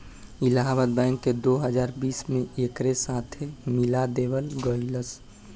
Allahabad bank के दो हजार बीस में एकरे साथे मिला देवल गईलस